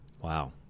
Wow